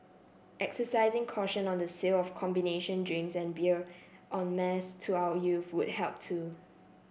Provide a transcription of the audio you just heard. exercising caution on the sale of combination drinks and beer en mass to our youth would help too